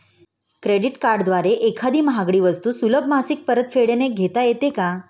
Credit कार्डद्वारे एखादी महागडी वस्तू सुलभ मासिक परतफेडने घेता येते का?